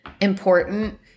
important